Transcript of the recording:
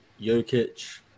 Jokic